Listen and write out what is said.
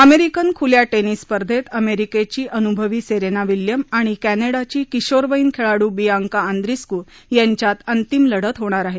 अमेरिकेन खुल्या टेनिस स्पर्धेत अमेरिकेची अनुभवी सेरेना विल्यम आणि क्लिडाची किशोरवयीन खेळाड् बियांका आंद्रिस्कू यांच्यात अंतिम लढत होणार आहे